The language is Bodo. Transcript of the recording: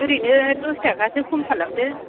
ओरैनो दस थाखासो खम खालामदो